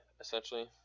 essentially